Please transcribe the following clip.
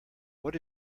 what